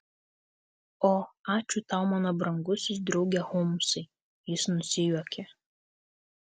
o ačiū tau mano brangusis drauge holmsai jis nusijuokė